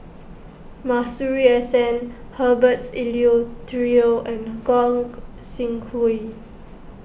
Masuri S N Herberts Eleuterio and Gog Sing Hooi